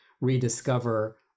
rediscover